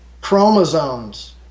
chromosomes